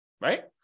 Right